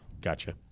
Gotcha